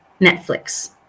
Netflix